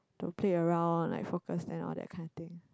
don't play around like focus and all that kind of thing